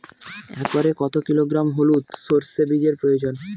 একরে কত কিলোগ্রাম হলুদ সরষে বীজের প্রয়োজন?